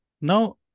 now